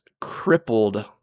crippled